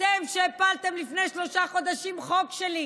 אתם שהפלתם לפני שלושה חודשים חוק שלי,